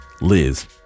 liz